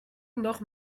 noch